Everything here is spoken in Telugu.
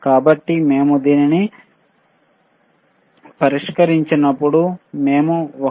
కాబట్టి మేము దీనిని పరిష్కరించినప్పుడు మేము 1